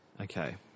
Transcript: Okay